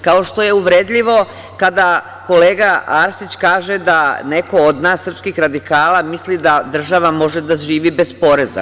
Kao što je uvredljivo kada kolega Arsić kaže da neko od nas srpskih radikala misli da država može da živi bez poreza.